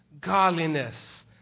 godliness